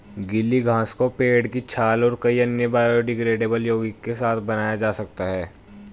गीली घास को पेड़ की छाल और कई अन्य बायोडिग्रेडेबल यौगिक के साथ बनाया जा सकता है